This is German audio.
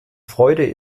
freude